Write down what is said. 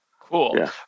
Cool